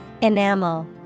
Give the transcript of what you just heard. Enamel